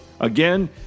Again